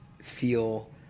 feel